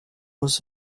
was